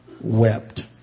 wept